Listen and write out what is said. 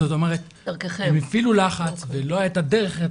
זאת אומרת: הם הפעילו לחץ ולא הייתה דרך אחרת.